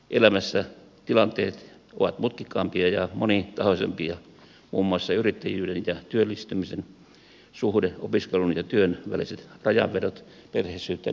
elämässä tilanteet ovat mutkikkaampia ja monitahoisempia muun muassa yrittäjyyden ja työllistämisen suhde opiskelun ja työn väliset rajanvedot perhesyyt ja niin edelleen